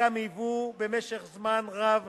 חלקם היוו במשך זמן רב